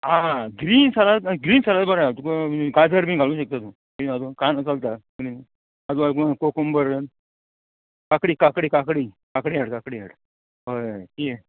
आं green salad green salad बरें आहा तुका गाजर बी घालूंक शकता तूं कानो चलता आनी कुकुमबर काकडी काकडी काकडी काकडी हाड काकडी हाड हय हय ती